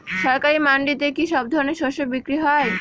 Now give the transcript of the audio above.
সরকারি মান্ডিতে কি সব ধরনের শস্য বিক্রি হয়?